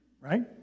right